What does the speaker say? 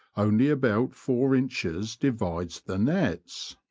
only about four inches divides the nets.